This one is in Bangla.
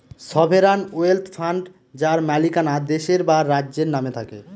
সভেরান ওয়েলথ ফান্ড যার মালিকানা দেশের বা রাজ্যের নামে থাকে